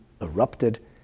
erupted